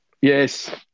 Yes